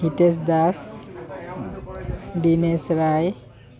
Hitesh Das Dinesh Roy